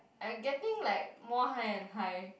I getting like more high and high